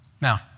Now